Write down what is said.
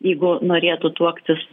jeigu norėtų tuoktis